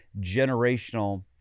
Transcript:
generational